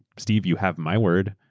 steve, you have my word.